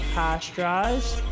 pasteurized